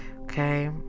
okay